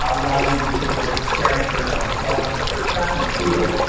um not only did she go to stanford on scholarship for track and field,